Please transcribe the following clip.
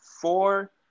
four